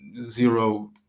zero